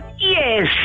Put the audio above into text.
Yes